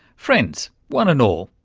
friends one and all,